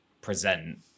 present